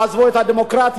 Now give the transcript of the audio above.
תעזבו את הדמוקרטיה,